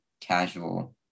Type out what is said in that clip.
casual